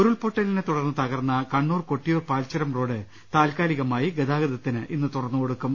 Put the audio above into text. ഉരുൾപൊട്ടലിനെ തുടർന്ന് തകർന്ന കണ്ണൂർ കൊട്ടിയൂർ പാൽചുരം റോഡ് താൽക്കാലികമായി ഗതാഗതത്തിന് ഇന്ന് തുറന്നുകൊടുക്കും